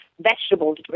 vegetables